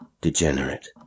degenerate